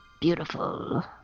beautiful